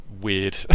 weird